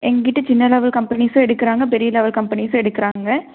எங்ககிட்ட சின்ன லெவல் கம்பெனிஸும் எடுக்குறாங்க பெரிய லெவல் கம்பெனிஸும் எடுக்குறாங்க